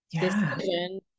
decision